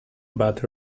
but